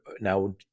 Now